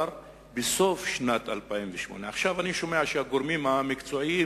בסוף שנת 2008. עכשיו אני שומע שהגורמים המקצועיים